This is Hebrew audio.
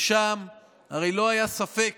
ושם הרי לא היה ספק